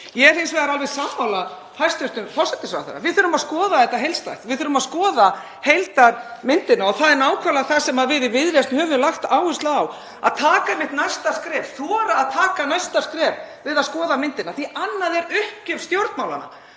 Ég er hins vegar alveg sammála hæstv. forsætisráðherra um að við þurfum að skoða þetta heildstætt. Við þurfum að skoða heildarmyndina. Það er nákvæmlega það sem við í Viðreisn höfum lagt áherslu á, að taka einmitt næsta skref, að þora að taka næsta skref við að skoða myndina. Annað er uppgjöf stjórnmálanna;